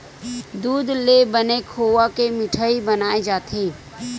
दूद ले बने खोवा के मिठई बनाए जाथे